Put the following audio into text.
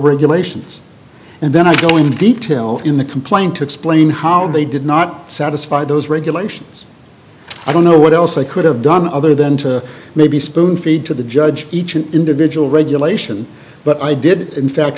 regulations and then i go in detail in the complaint to explain how they did not satisfy those regulations i don't know what else they could have done other than to maybe spoon feed to the judge each an individual regulation but i did in fact